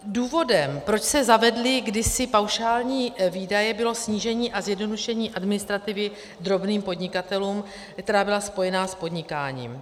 Důvodem, proč se zavedly kdysi paušální výdaje, bylo snížení a zjednodušení administrativy drobným podnikatelům, která byla spojena s podnikáním.